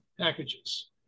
packages